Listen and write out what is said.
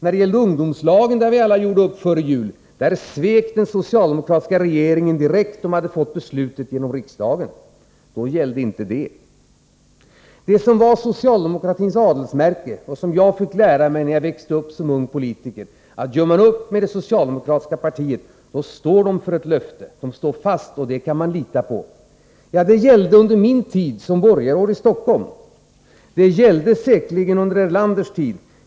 Beträffande ungdomslagen, som vi alla gjorde upp om före jul, svek den socialdemokratiska regeringen direkt efter det att de fått beslutet i riksdagen. Då gällde inte det. Det som var socialdemokratins adelsmärke — det fick jag lära mig när jag växte upp som ung politiker — var, att gör man upp med socialdemokratiska partiet, så står socialdemokraterna för sitt löfte; man kan lita på att de står fast. Det gällde under min tid som borgarråd i Stockholm. Det gällde säkerligen under Erlanders tid.